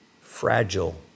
fragile